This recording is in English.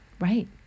Right